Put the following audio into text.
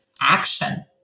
action